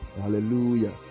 Hallelujah